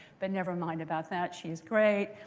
but never mind about that. she is great.